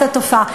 את התופעה.